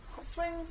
Swing